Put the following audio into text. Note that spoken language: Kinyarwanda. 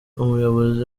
ubuyobozi